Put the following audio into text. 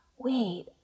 wait